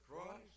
Christ